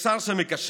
יש שר שמקשר,